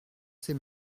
ses